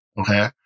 Okay